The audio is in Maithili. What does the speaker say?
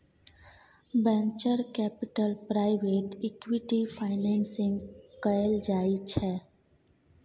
venture capital private equity financing कएल जाइ छै